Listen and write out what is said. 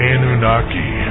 Anunnaki